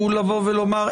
הוא לומר,